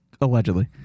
allegedly